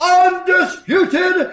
undisputed